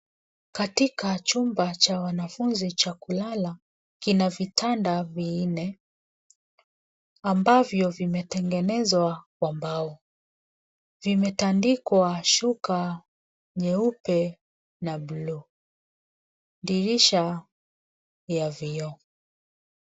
Katika chumba cha wanafunzi cha kulala kina vitanda vinne ambavyo vimetengenezwa kwa mbao, vimetandikwa shuka nyeupe na bluu, Dirisha ni ya vioo.